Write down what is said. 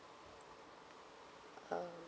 uh